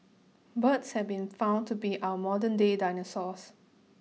birds have been found to be our modernday dinosaurs